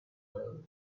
well